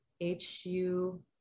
h-u